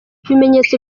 ibimenyetso